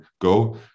go